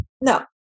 No